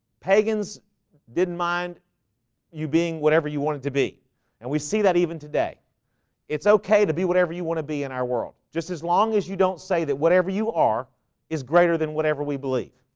pagans didn't mind you being whatever you wanted to be and we see that even today it's okay to be whatever you want to be in our world just as long as you don't say that whatever you are is greater than whatever we believe